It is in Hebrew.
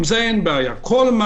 כל מה